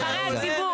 נבחרי הציבור.